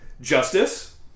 Justice